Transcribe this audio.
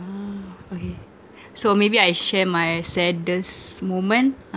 ah okay so maybe I share my saddest moment